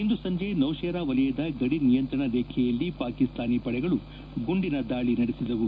ಇಂದು ಸಂಜೆ ನೌಶೇರಾ ವಲಯದ ಗಡಿ ನಿಯಂತ್ರಣ ರೇಖೆಯಲ್ಲಿ ಪಾಕಿಸ್ತಾನ ಪಡೆಗಳು ಗುಂಡಿನ ದಾಳಿ ನಡೆಸಿದವು